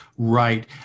Right